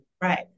Right